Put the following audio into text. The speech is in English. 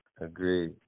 agreed